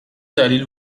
دلیل